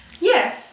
Yes